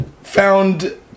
found